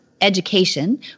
education